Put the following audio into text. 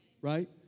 right